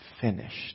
finished